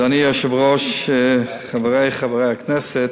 אדוני היושב-ראש, חברי חברי הכנסת,